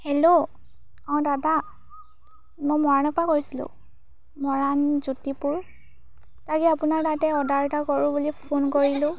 hello অঁ দাদা মই মৰাণৰপৰা কৈছিলোঁ মৰাণ জ্যোতিপুৰ তাকে আপোনাৰ তাতে অৰ্ডাৰ এটা কৰোঁ বুলি ফোন কৰিলোঁ